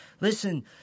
Listen